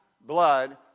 blood